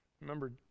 Remember